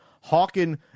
hawking